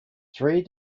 three